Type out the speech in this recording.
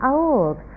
old